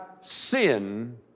sin